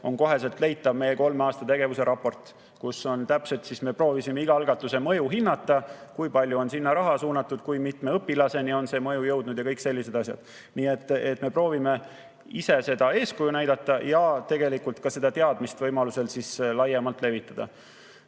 on kohe leitav meie kolme aasta tegevuse raport, kus on täpselt kõik kirjas. Me proovisime iga algatuse mõju hinnata, et näha, kui palju on sinna raha suunatud, kui mitme õpilaseni on see mõju jõudnud ja kõik sellised asjad. Nii et me proovime ise eeskuju näidata ja tegelikult ka seda teadmist võimaluse korral laiemalt levitada.